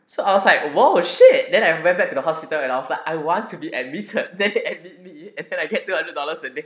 so I was like !wow! shit then I went back to the hospital and I was like I want to be admitted they admit me and then I get two hundred dollars a day